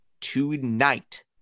tonight